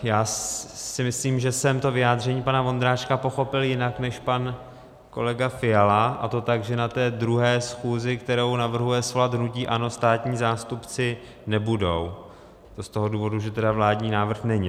Já si myslím, že jsem vyjádření pana Vondráčka pochopil jinak než pan kolega Fiala, a to tak, že na té druhé schůzi, kterou navrhuje svolat hnutí ANO, státní zástupci nebudou z toho důvodu, že vládní návrh není.